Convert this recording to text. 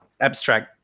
abstract